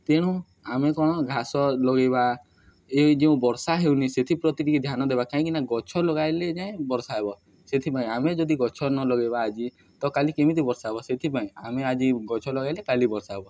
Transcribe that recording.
ତେଣୁ ଆମେ କଣ ଘାସ ଲଗେଇବା ଏଇ ଯେଉଁ ବର୍ଷା ହେଉନି ସେଥିପ୍ରତି ଟିକେ ଧ୍ୟାନ ଦେବା କାହିଁକି ନା ଗଛ ଲଗାଇଲେ ଯାଏ ବର୍ଷା ହେବ ସେଥିପାଇଁ ଆମେ ଯଦି ଗଛ ନ ଲଗେଇବା ଆଜି ତ କାଲି କେମିତି ବର୍ଷା ହବ ସେଥିପାଇଁ ଆମେ ଆଜି ଗଛ ଲଗାଇଲେ କାଲି ବର୍ଷା ହବ